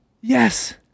Yes